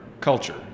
culture